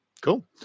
Cool